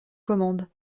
commandes